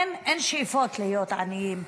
אין שאיפות להיות עניים.